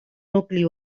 nucli